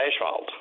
asphalt